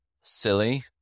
silly